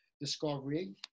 discovering